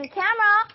camera